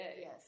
Yes